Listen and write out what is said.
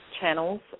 channels